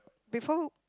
before